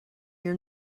your